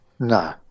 No